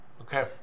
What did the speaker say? Okay